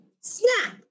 Snap